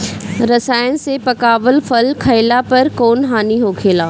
रसायन से पकावल फल खइला पर कौन हानि होखेला?